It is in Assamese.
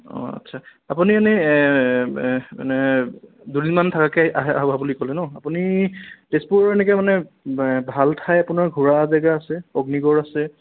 অঁ আচ্ছা আপুনি এনে এনে দুদিনমান থকাকে আহিব বুলি ক'লে ন' আপুনি তেজপুৰ এনেকে মানে ভাল ঠাই আপোনাৰ ঘূৰা জেগা আছে অগ্নিগড় আছে